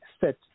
set